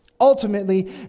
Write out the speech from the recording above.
Ultimately